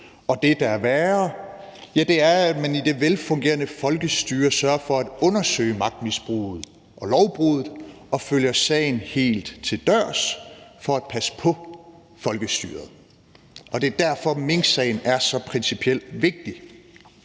og det, der er værre, er, at man i det velfungerende folkestyre sørger for at undersøge magtmisbruget og lovbruddet og følger sagen helt til dørs for at passe på folkestyret. Det er derfor, at minksagen er så principielt vigtig.